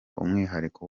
umwihariko